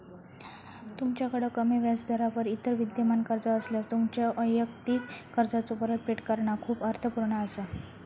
तुमच्याकड कमी व्याजदरावर इतर विद्यमान कर्जा असल्यास, तुमच्यो वैयक्तिक कर्जाचो परतफेड करणा खूप अर्थपूर्ण असा